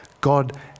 God